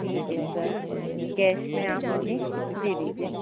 ठीक है sir cash में आप मुझे दे दीजिए